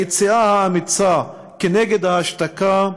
היציאה האמיצה כנגד ההשתקה,